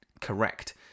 Correct